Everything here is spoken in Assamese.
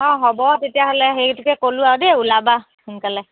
অঁ হ'ব তেতিয়াহ'লে সেইটোকে ক'লো আউ দেই ওলাবা সোনকালে